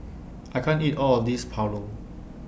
I can't eat All of This Pulao